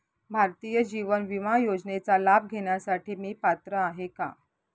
भारतीय जीवन विमा योजनेचा लाभ घेण्यासाठी मी पात्र आहे का?